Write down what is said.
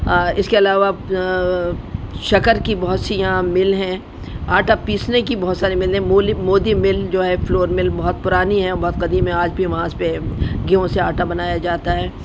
اس کے علاوہ شکر کی بہت سی یہاں مل ہیں آٹا پیسنے کی بہت سارے مل ہیں م مودی مل جو ہے فلور مل بہت پرانی ہے بہت قدیم ہے آج بھی وہاں سے پہ گیہوں سے آٹا بنایا جاتا ہے